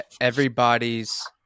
Everybody's